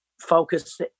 focus